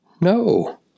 No